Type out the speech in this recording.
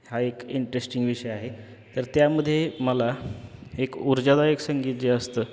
हा एक इंट्रेस्टिंग विषय आहे तर त्यामध्ये मला एक ऊर्जादायक संगीत जे असतं